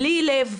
בלי לב,